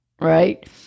right